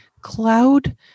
cloud